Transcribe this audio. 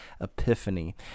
epiphany